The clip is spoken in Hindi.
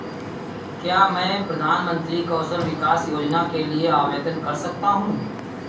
क्या मैं प्रधानमंत्री कौशल विकास योजना के लिए आवेदन कर सकता हूँ?